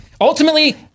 ultimately